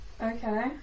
Okay